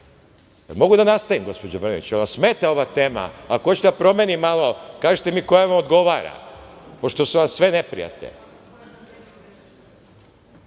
mogu da nastavim, gospođo Brnabić? Jel vam smeta ova tema. Ako hoćete da promenim malo, kažite mi koja vam odgovara, pošto su vam sve neprijatne. Dakle,